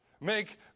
Make